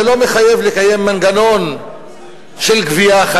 זה לא מחייב לקיים מנגנון חדש של גבייה,